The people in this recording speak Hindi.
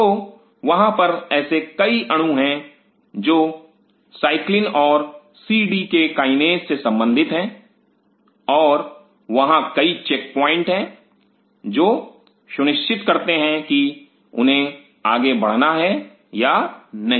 तो वहां पर ऐसे कई अणु हैं जो साइक्लिन और सीडीके काईनेज से संबंधित हैं और वहां कई चेक प्वाइंट हैं जो सुनिश्चित करते हैं कि उन्हें आगे बढ़ना है या नहीं